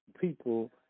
people